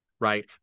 right